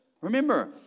Remember